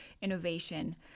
innovation